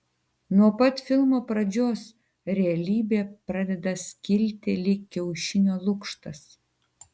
nuo pat filmo pradžios realybė pradeda skilti lyg kiaušinio lukštas